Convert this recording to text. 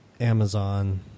Amazon